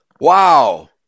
Wow